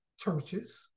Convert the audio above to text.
churches